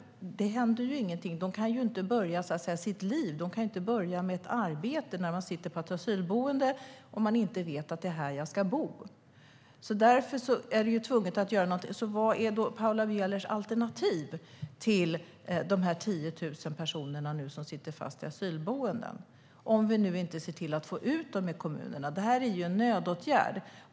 Men de kan ju inte börja med sitt liv, med ett arbete när de sitter på ett asylboende. De måste få veta var de ska bo. Vad är Paula Bielers alternativ för dessa 10 000 personer som sitter fast på asylboenden om vi inte kan se till att få ut dem i kommunerna? Detta är en nödåtgärd.